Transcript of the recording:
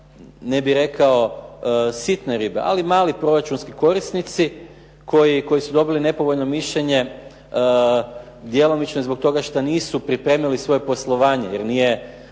ne bih rekao sitne ribe, ali mali proračunski korisnici koji su dobili nepovoljno mišljenje djelomično zbog toga što nisu pripremili svoje poslovanje jer nije